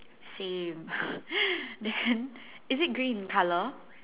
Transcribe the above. same then is it green in colour